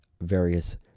various